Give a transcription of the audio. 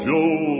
Joe